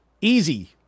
easy